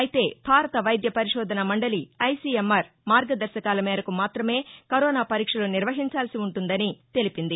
అయితే భారత వైద్య పరిశోధన మండలి ఐసీఎంఆర్ మార్గదర్భకాల మేరకు మాత్రమే కరోనా పరీక్షలు నిర్వహించాల్సి ఉంటుందని తెలిపింది